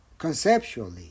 conceptually